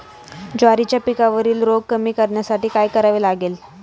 ज्वारीच्या पिकावरील रोग कमी करण्यासाठी काय करावे लागेल?